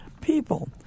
people